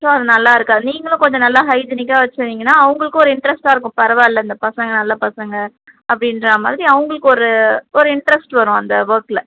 so அது நல்லா இருக்காது நீங்களும் கொஞ்சம் நல்லா ஹைஜினிக்காக வச்சு இருந்தீங்கன்னால் அவங்களுக்கும் ஒரு இன்ட்ரெஸ்ட்டாக இருக்கும் பரவாயில்லை இந்த பசங்கள் நல்ல பசங்கள் அப்படின்ற மாதிரி அவங்களுக்கு ஒரு ஒரு இன்ட்ரெஸ்ட் வரும் அந்த ஒர்க்கில்